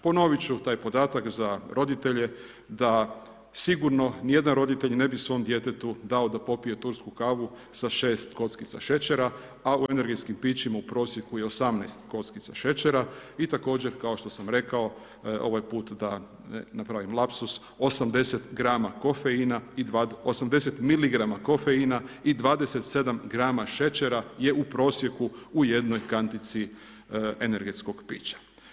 Ponovit ću taj podatak za roditelje da sigurno nijedan roditelj ne bi svom djetetu dao da popije tursku kavu sa šest kockica šećera, a u energetskim pićima u prosjeku je 18 kockica šećera i također kao što sam rekao ovaj pute da ne pravim lapsus 80 miligrama kofeina i 27 grama šećera je u prosjeku u jednoj kantici energetskog pića.